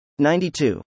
92